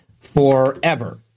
forever